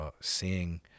seeing